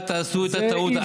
אל תעשו את הטעות.